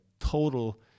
total